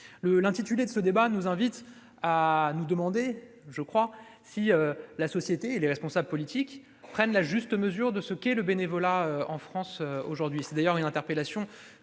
L'intitulé de ce débat nous invite, à mon sens, à nous demander si la société et les responsables politiques prennent la juste mesure de ce qu'est le bénévolat en France aujourd'hui. Vous m'avez d'ailleurs interpellé